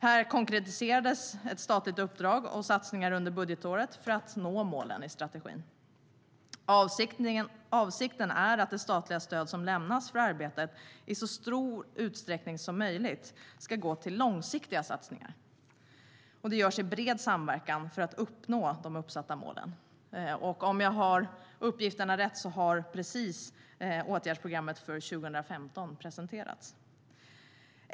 Här konkretiserades ett statligt uppdrag och satsningar under budgetåret för att nå målen i strategin. Avsikten är att det statliga stöd som lämnas för detta arbete i så stor utsträckning som möjligt ska gå till långsiktiga satsningar som ska göras i bred samverkan för att nå de uppsatta målen. Om jag har fått rätt uppgifter har åtgärdsprogrammet för 2015 precis presenterats.